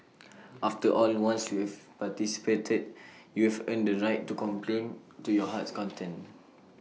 after all once you've participated you've earned the right to complain to your heart's content